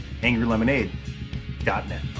angrylemonade.net